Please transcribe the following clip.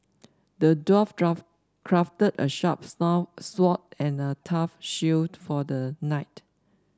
the dwarf crafted a sharp sword and a tough shield for the knight